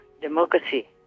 democracy